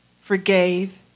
forgave